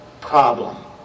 problem